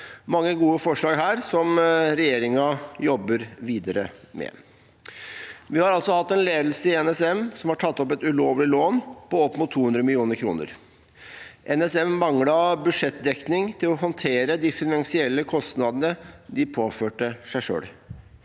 mange gode forslag her som regjeringen jobber videre med. Vi har altså hatt en ledelse i NSM som har tatt opp et ulovlig lån på opp mot 200 mill. kr. NSM manglet budsjettdekning til å håndtere de finansielle kostnadene de påførte seg selv.